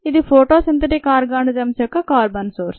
ఇది photosynthetic organisms యొక్క carbon source